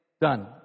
done